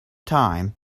time